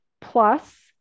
plus